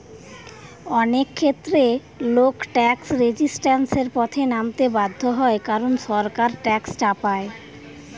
অনেক ক্ষেত্রে লোক ট্যাক্স রেজিস্ট্যান্সের পথে নামতে বাধ্য হয় কারণ সরকার ট্যাক্স চাপায়